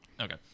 Okay